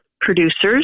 producers